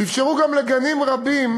אפשרו גם לגנים רבים,